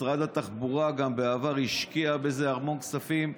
משרד התחבורה גם השקיע בזה בעבר המון כספים,